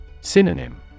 Synonym